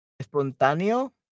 Espontáneo